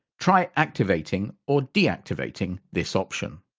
try activating or deactivating this option.